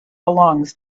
belongs